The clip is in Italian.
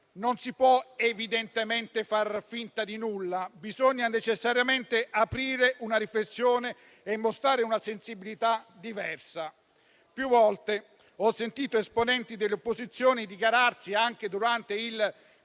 non si può evidentemente far finta di nulla. Bisogna necessariamente aprire una riflessione e mostrare una sensibilità diversa. Più volte ho sentito esponenti dell'opposizione dichiararsi, anche durante il